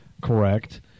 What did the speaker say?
correct